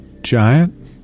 giant